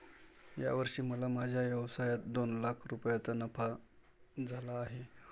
या वर्षी मला माझ्या व्यवसायात दोन लाख रुपयांचा नफा झाला आहे